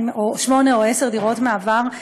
שמונה או עשר דירות מעבר.